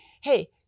hey